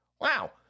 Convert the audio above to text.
Wow